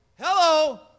Hello